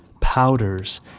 powders